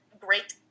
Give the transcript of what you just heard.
great